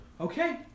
Okay